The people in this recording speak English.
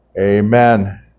amen